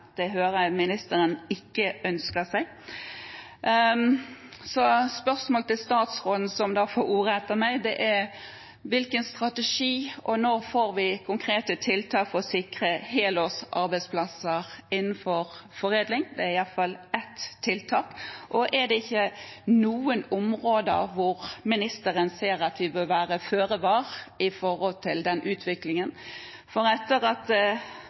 Det hører jeg ministeren ikke ønsker seg. Spørsmålet til statsråden, som får ordet etter meg, er: Hvilken strategi har man, og når får vi konkrete tiltak for å sikre helårsarbeidsplasser innenfor foredling? Det er iallfall ett tiltak. Og er det ikke noen områder hvor ministeren ser at vi bør være føre var med hensyn til utviklingen? Etter at